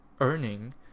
earning